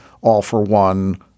all-for-one